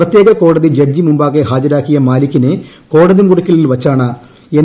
പ്രത്യേക കോടതി ജഡ്ജി മുമ്പാകെ ഹാജരാക്കിയ മാലിക്കിനെ കോടതി മുറിക്കുള്ളിൽ വച്ചാണ് എൻ